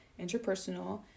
interpersonal